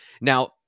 Now